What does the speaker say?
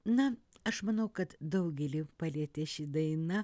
na aš manau kad daugelį palietė ši daina